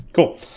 Cool